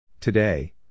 Today